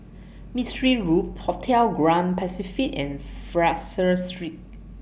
Mistri Road Hotel Grand Pacific and Fraser Street